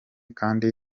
kandi